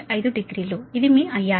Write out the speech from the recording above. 5 degree ఇది మీ IR